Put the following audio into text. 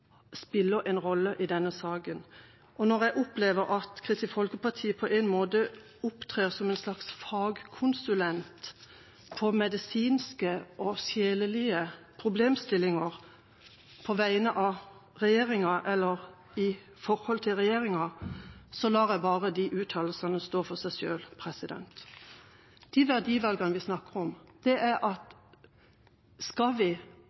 en rolle i denne saken. Når jeg opplever at Kristelig Folkeparti opptrer som en slags fagkonsulent på medisinske og sjelelige problemstillinger på vegne av regjeringa, eller for regjeringa, lar jeg bare de uttalelsene stå for seg selv. De verdivalgene vi snakker om, er: Skal vi løse dette i Norge, eller skal vi